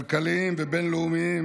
כלכליים ובין-לאומיים,